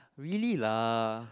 really lah